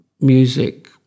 music